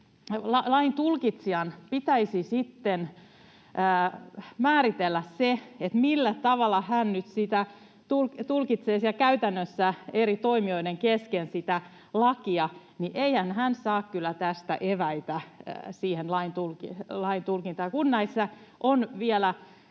laintulkitsijan pitäisi sitten määritellä, millä tavalla hän nyt sitä lakia tulkitsee siellä käytännössä eri toimijoiden kesken, niin eihän hän saa kyllä tästä eväitä siihen laintulkintaan. Ja kun näissä on vielä